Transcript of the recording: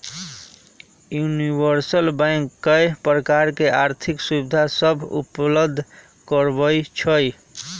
universal bank कय प्रकार के आर्थिक सुविधा सभ उपलब्ध करबइ छइ